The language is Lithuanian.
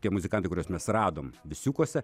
tie muzikantai kuriuos mes radom visiukose